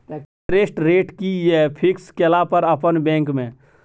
Interest rate कि ये fix केला पर अपन बैंक में?